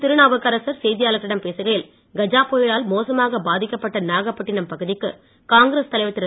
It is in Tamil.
திருநாவுக்கரசர் செய்தியாளர்களிடம் பேசுகையில் கஜா புயலால் மோசமாக பாதிக்கப்பட்ட நாகப்பட்டினம் பகுதிக்கு காங்கிரஸ் தலைவர் திரு